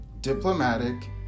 diplomatic